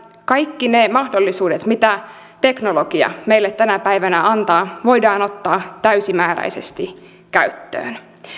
kaikki ne mahdollisuudet mitä teknologia meille tänä päivänä antaa voidaan ottaa täysimääräisesti käyttöön